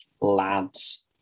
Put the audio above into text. lads